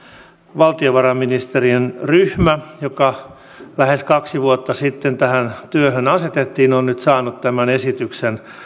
valtiovarainministeriön ryhmä joka lähes kaksi vuotta sitten tähän työhön asetettiin on saanut tämän esityksen